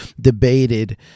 debated